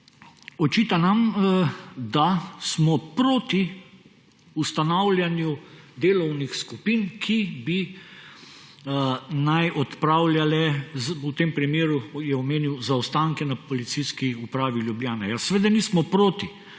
očita nam, da smo proti ustanavljanju delovnih skupin, ki bi naj odpravljale, v tem primeru je omenil zaostanke na Policijski upravi Ljubljana. Seveda nismo proti.